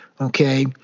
okay